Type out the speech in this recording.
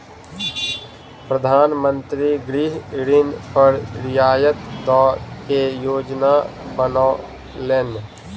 प्रधान मंत्री गृह ऋण पर रियायत दय के योजना बनौलैन